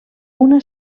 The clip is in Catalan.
una